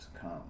come